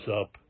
up